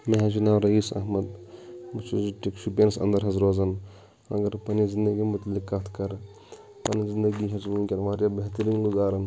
مےٚ حظ چھِ ناو ریٖس اَحمد بہٕ چھس ڈِسٹرک شُپینَس اَنٛدَر حظ روزان اَگر بہٕ پَننہِ زِنٛدَگی مُتعلِق کَتھ کَرٕ پَنٕنۍ زِنٛدَگِی حظ چھُس بہٕ وُنکؠن واریاہ بِہتٔریٖن گُزاران